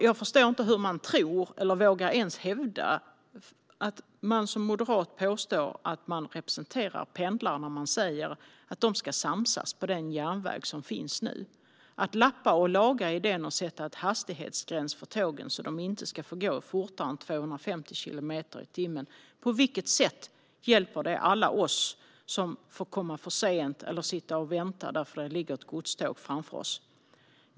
Jag förstår inte hur man tror, eller ens vågar hävda, att man som moderat representerar pendlare när man säger att de ska samsas på den järnväg som finns nu. Att lappa och laga den och att sätta en hastighetsgräns för tågen så att de inte ska få gå fortare än 250 kilometer i timmen - på vilket sätt hjälper det alla oss som får komma för sent eller får sitta och vänta för att det ligger ett godståg framför oss?